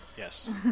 Yes